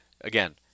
again